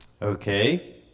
Okay